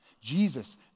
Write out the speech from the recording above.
Jesus